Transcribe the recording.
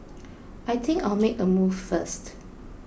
I think I'll make a move first